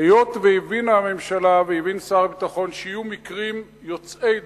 היות שהבינה הממשלה והבין שר הביטחון שיהיו מקרים יוצאי דופן,